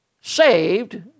saved